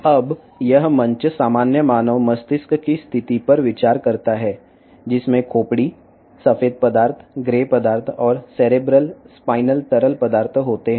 ఇప్పుడు ఈ వేదిక సాధారణ మానవ మెదడు పరిస్థితులను పరిశీలిస్తుంది దీనిలో పుర్రె తెల్ల పదార్థం బూడిద పదార్థం మరియు సెరిబ్రల్ స్పైనల్ ఫ్లూయిడ్ ఉంటాయి